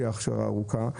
שהיא הכשרה ארוכה.